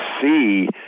see